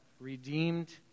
redeemed